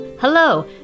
Hello